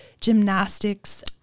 gymnastics